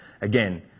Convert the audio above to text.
Again